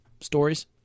stories